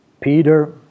Peter